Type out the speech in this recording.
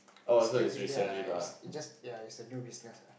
it still ya it it just ya it's a new business ah